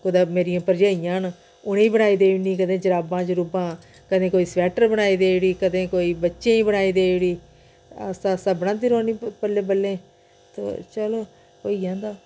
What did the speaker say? कुदै मेरियां भरजाइयां न उनेंई बनाइयै देई ओड़नी कदें जराबां जुरुबां कदें कोई स्वैटर बनाई देई ओड़ी कदें कोई बच्चें ई बनाई देई ओड़ी आस्ता आस्ता बनांदी रौह्नी बल्लें बल्लें ते चलो होई जंदा